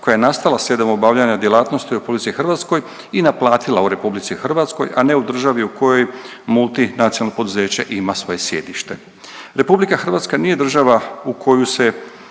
koja je nastala slijedom obavljanja djelatnosti u RH i naplatila u RH, a ne u državi u kojoj multinacionalno poduzeće ima svoje sjedište. RH nije država u koju se